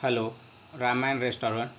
hello Ramayan restaurant